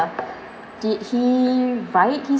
did he write his